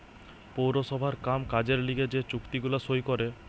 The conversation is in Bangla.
পৌরসভার কাম কাজের লিগে যে চুক্তি গুলা সই করে